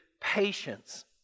patience